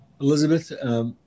Elizabeth